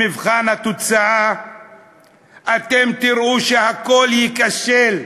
במבחן התוצאה אתם תראו שהכול ייכשל.